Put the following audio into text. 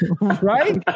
Right